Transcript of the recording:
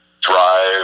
Drive